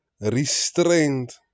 restrained